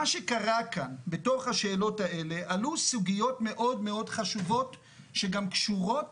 בתוך השאלות האלה עלו סוגיות מאוד מאוד חשובות שגם קשורות